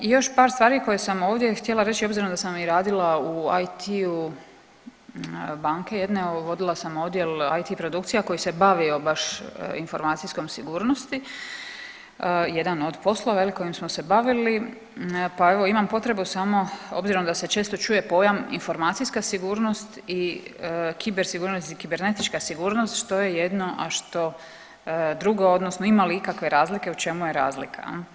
Još par stvari koje sam ovdje htjela reći obzirom da sam i radila u IT-u banke jedne, vodila sa Odjel IT produkcija koji se bavio baš informacijskom sigurnosti, jedan od poslova kojim smo se bavili pa evo imam potrebu samo obzirom da se često čuje pojam informacijska sigurnost i kiber sigurnost i kibernetička sigurnost, što je jedno, a što drugo odnosno ima li ikakve razlike u čemu je razlika.